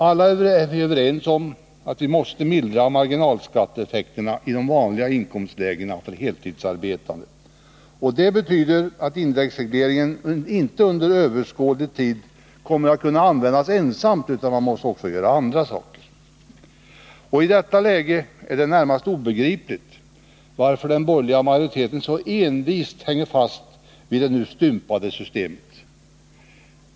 Alla är vi överens om att vi måste mildra marginalskatteeffekterna i vanliga inkomstlägen för heltidsarbetande. Det betyder att indexregleringen inte under överskådlig tid kommer att kunna användas ensamt, utan vi måste också göra andra saker. I detta läge är det närmast obegripligt att den borgerliga majoriteten så envist hänger fast vid det nu stympade systemet.